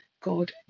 God